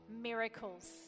miracles